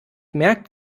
merkt